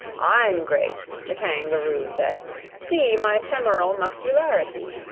i'm great, the kangaroo said see my femoral muscularity!